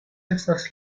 estas